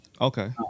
Okay